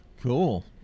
Cool